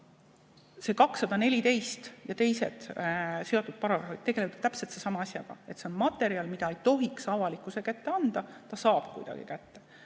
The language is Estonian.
See § 214 ja teised seotud paragrahvid tegelevad täpselt sellesama asjaga. See on materjal, mida ei tohiks avalikkuse kätte anda, aga ta saab kuidagi selle